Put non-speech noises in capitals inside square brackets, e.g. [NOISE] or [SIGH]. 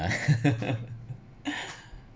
[LAUGHS] [NOISE]